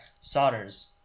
solders